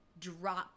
drop